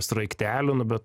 sraigtelių nu bet